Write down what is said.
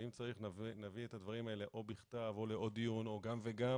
ואם צריך נביא את הדברים האלה בכתב או לעוד דיון או גם וגם.